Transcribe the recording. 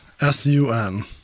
S-U-N